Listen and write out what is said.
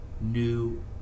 new